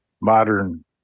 modern